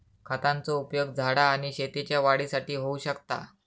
खतांचो उपयोग झाडा आणि शेतीच्या वाढीसाठी होऊ शकता